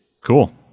cool